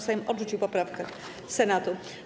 Sejm odrzucił poprawkę Senatu.